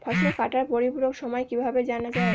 ফসল কাটার পরিপূরক সময় কিভাবে জানা যায়?